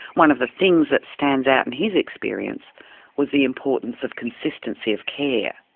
one of the things that stands out in his experience was the importance of consistency of care,